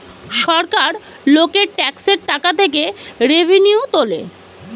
সরকার লোকের ট্যাক্সের টাকা থেকে রেভিনিউ তোলে